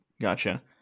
Gotcha